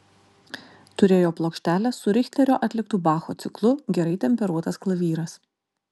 turėjo plokštelę su richterio atliktu bacho ciklu gerai temperuotas klavyras